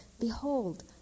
Behold